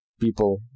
people